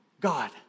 God